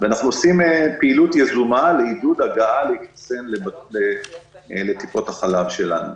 ואנחנו עושים פעילות יזומה לעידוד הגעה לטיפות החלב שלנו.